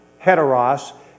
Heteros